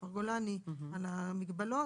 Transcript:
מר גולני על המגבלות,